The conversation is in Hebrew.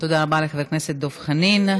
תודה רבה לחבר הכנסת דב חנין.